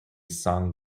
song